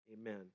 amen